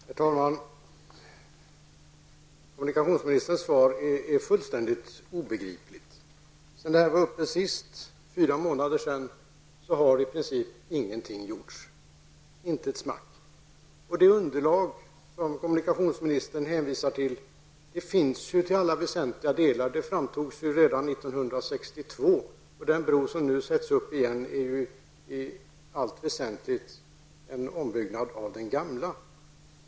Herr talman! Kommunikationsministerns svar är fullständigt obegripligt! Sedan jag var uppe i denna fråga senast, för fyra månader sedan, har i princip ingenting gjorts. Inte ett smack! De underlag som kommunikationsministern hänvisar till finns till alla väsentliga delar. De framtogs ju redan år 1962. Den bro som nu byggs är i allt väsentligt en ombyggnad av den gamla.